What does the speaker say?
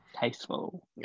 tasteful